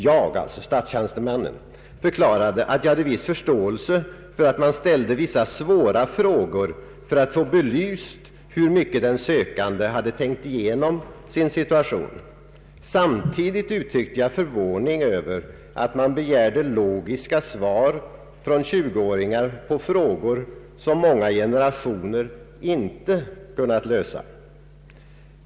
Jag” — statstjänstemannen — ”förklarade att jag hade viss förståelse för att man ställde vissa svåra frågor för att få belyst hur mycket den sökande hade tänkt igenom sin situation. Samtidigt uttrycke jag förvåning över att man begärde logiska svar från 20-åringar på frågor som många generationer inte kunnat lösa.